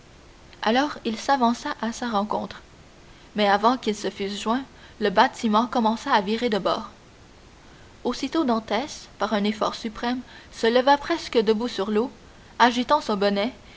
alors il s'avança à sa rencontre mais avant qu'ils se fussent joints le bâtiment commença à virer de bord aussitôt dantès par un effort suprême se leva presque debout sur l'eau agitant son bonnet